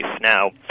Now